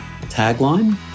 tagline